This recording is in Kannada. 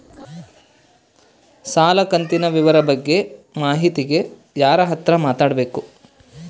ಸಾಲ ಕಂತಿನ ವಿವರ ಬಗ್ಗೆ ಮಾಹಿತಿಗೆ ಯಾರ ಹತ್ರ ಮಾತಾಡಬೇಕು?